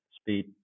speed